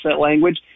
language